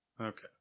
Okay